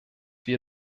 wir